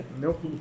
Nope